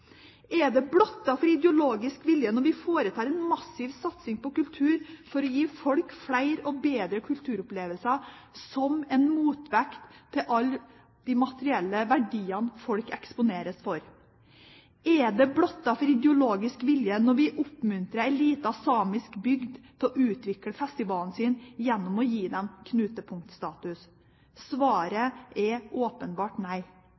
Er det blottet for ideologisk vilje når vi foretar en massiv satsing på kultur for å gi folk flere og bedre kulturopplevelser som en motvekt til alle de materielle verdiene en eksponeres for? Er det blottet for ideologisk vilje når vi oppmuntrer en liten samisk bygd til å utvikle festivalen sin gjennom å gi den knutepunktstatus? Svaret er åpenbart nei.